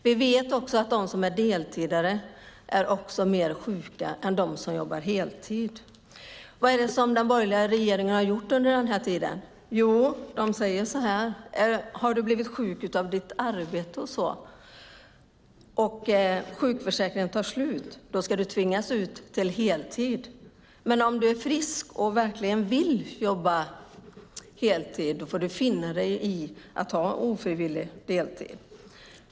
Vi vet också att deltidare är mer sjuka än dem som jobbar heltid. Vad har den borgerliga regeringen bestämt? Jo, att om man blivit sjuk av sitt arbete ska man tvingas ut till heltid. Men om man är frisk och vill jobba heltid får man finna sig i att ha ofrivillig deltid.